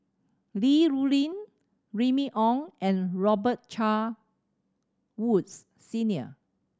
Li Rulin Remy Ong and Robet Carr Woods Senior